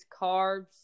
carbs